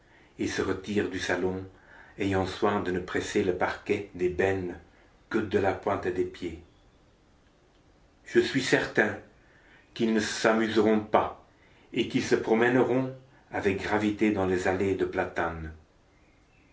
et se retirent du salon ayant soin de ne presser le parquet d'ébène que de la pointe des pieds je suis certain qu'ils ne s'amuseront pas et qu'ils se promèneront avec gravité dans les allées de platanes